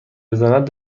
بزند